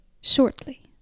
shortly